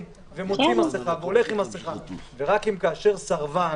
ומוציא מסכה והולך עם מסכה .ורק כאשר סרבן,